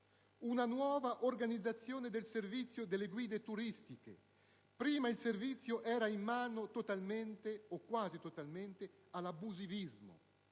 una nuova organizzazione del servizio delle guide turistiche (prima il servizio era quasi totalmente in mano all'abusivismo